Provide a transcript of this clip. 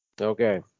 okay